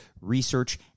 research